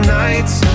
nights